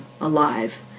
alive